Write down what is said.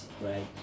right